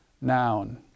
noun